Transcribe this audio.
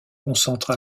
concentre